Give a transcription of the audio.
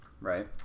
right